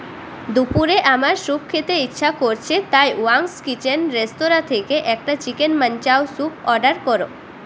দুপুরে আমার স্যুপ খেতে ইচ্ছা করছে তাই ওয়াংস কিচেন রেস্তরাঁ থেকে একটা চিকেন মানচাও স্যুপ অর্ডার করো